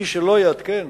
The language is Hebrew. מחברת "הגיחון"